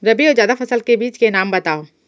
रबि अऊ जादा फसल के बीज के नाम बताव?